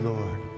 Lord